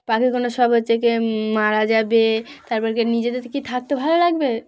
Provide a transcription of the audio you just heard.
পাখি কোনো সব হচ্ছে কি মারা যাবে তারপর কি নিজেদের কি থাকতে ভালো লাগবে